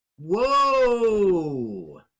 Whoa